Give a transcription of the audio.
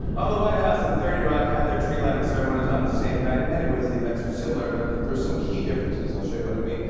ah the white house and thirty rock had their tree-lighting ceremonies on the same night. in many ways, the events are similar, but there are some key differences. i'll show you what i mean.